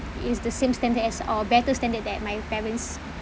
is the same standard as or better standard that my parents